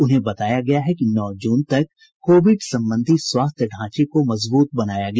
उन्हें बताया गया है कि नौ जून तक कोविड संबंधी स्वास्थ्य ढांचे को मजबूत बनाया गया